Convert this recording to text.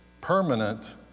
permanent